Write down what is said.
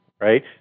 right